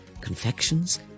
confections